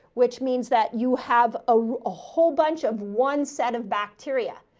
which means that you have a whole bunch of one set of bacteria.